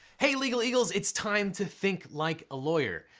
hey legal eagles, its time to think like a lawyer.